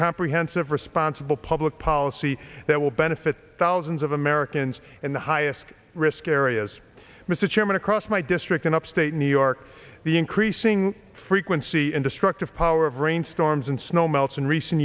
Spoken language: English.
comprehensive responsible public policy that will benefit thousands of americans in the highest risk areas mr chairman across my district in upstate new york the increasing frequency in destructive power of rain storms and snow melts in recent